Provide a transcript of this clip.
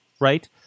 Right